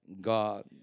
God